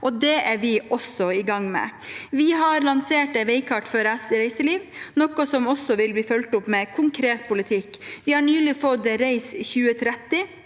det er vi i gang med. Vi har lansert et veikart for reiseliv, noe som også vil bli fulgt opp med konkret politikk. Vi har nylig fått Reiseliv 2030.